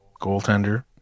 goaltender